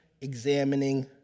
examining